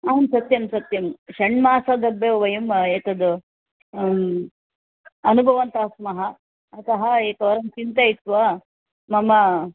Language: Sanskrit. आं सत्यं सत्यं षण्मासादारभ्य वयम् एतद् अनुभवन्तः स्मः अतः एकवारं चिन्तयित्वा मम